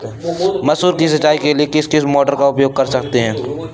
मसूर की सिंचाई के लिए किस मोटर का उपयोग कर सकते हैं?